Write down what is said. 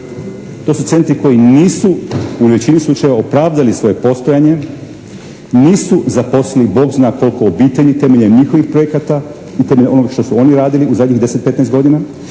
To su centri koji nisu u većini slučajeva opravdali svoje postojanje, nisu zaposlili bogzna koliko obitelji temeljem njihovih projekata i temeljem onoga što su oni radili u zadnjih deset,